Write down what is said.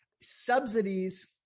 subsidies